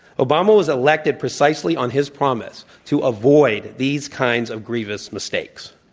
obama was elected precisely on his promise to avoid these kinds of grievous mistakes.